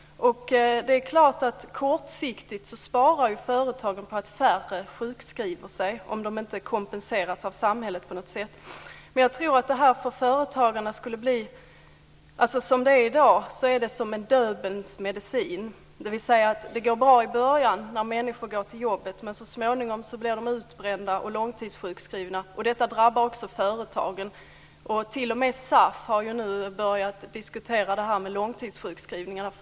Det är klart att kortsiktigt sparar företagen på att färre sjukskriver sig, om de inte kompenseras av samhället på något sätt. Som det är i dag tror jag att det för företagarna är som en Döbelns medicin, dvs. det går bra i början när människor går till jobbet, men så småningom blir de utbrända och långtidssjukskrivna. Detta drabbar också företagen. T.o.m. SAF har börjat diskutera långtidssjukskrivningarna.